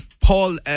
Paul